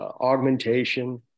augmentation